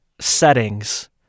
settings